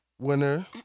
Winner